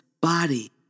body